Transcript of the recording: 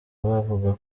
bavuga